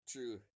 True